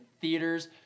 theaters